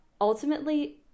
ultimately